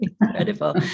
incredible